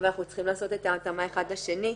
אנחנו צריכים לעשות את ההתאמה אחד לשני.